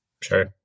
Sure